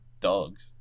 dogs